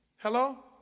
Hello